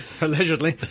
Allegedly